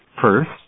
First